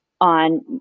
on